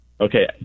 Okay